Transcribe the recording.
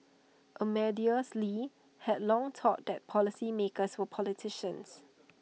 Amadeus lee had long thought that policymakers were politicians